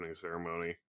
ceremony